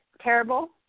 terrible